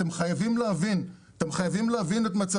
אתם חייבים להבין את מצבנו,